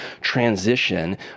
transition